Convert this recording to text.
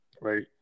right